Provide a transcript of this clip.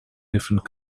different